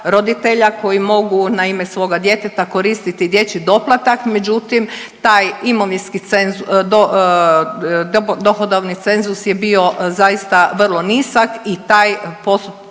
koji mogu na ime svoga djeteta koristiti dječji doplatak međutim taj imovinski cenzus, dohodovni cenzus je bio zaista vrlo nizak i taj efekat